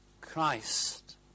Christ